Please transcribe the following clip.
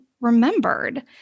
remembered